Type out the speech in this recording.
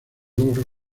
logros